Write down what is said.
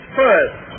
first